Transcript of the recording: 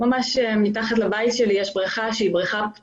ממש מתחת לבית שלי יש בריכה פתוחה